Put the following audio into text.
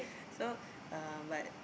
so uh but